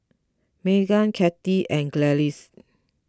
Maegan Kathy and Gladys